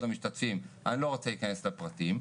המשתתפים אני לא רוצה להיכנס לפרטים,